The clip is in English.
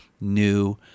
new